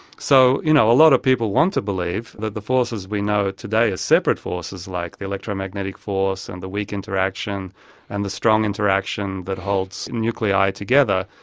so you know a lot of people want to believe that the forces we know today are separate forces like the electromagnetic force and the weak interaction and the strong interaction that holds nuclei together,